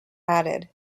added